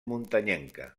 muntanyenca